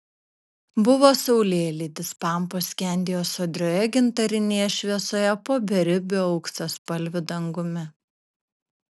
buvo saulėlydis pampos skendėjo sodrioje gintarinėje šviesoje po beribiu auksaspalviu dangumi